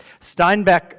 Steinbeck